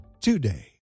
Today